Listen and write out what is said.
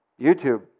YouTube